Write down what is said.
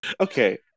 okay